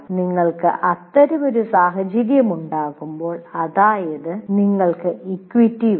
നിങ്ങൾക്ക് അത്തരമൊരു സാഹചര്യം ഉണ്ടാകുമ്പോൾ അതായത് നിങ്ങൾക്ക് ഇക്വിറ്റി വേണം